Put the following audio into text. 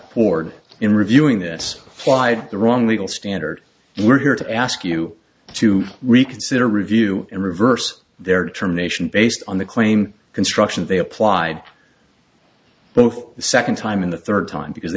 poured in reviewing this slide the wrong legal standard we're here to ask you to reconsider review and reverse their determination based on the claim construction they applied both the second time in the third time because they